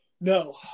No